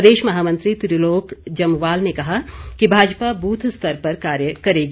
प्रदेश महामंत्री त्रिलोक जम्वाल ने कहा कि भाजपा ब्रथ स्तर पर कार्य करेगी